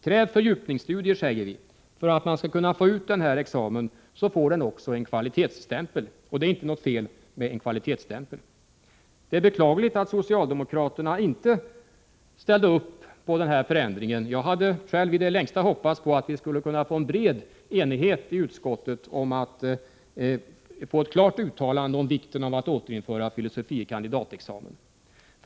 Kräv fördjupningsstudier, säger vi, för att man skall kunna få ut den här examen, så får den också en kvalitetsstämpel. Det är inte något fel med en kvalitetsstämpel. Det är beklagligt att socialdemokraterna inte ställer upp på den här förändringen. Jag hade själv i det längsta hoppats på att vi skulle kunna nå en bred enighet i utskottet om ett klart uttalande om vikten av att återinföra filosofie kandidatexamen.